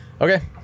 Okay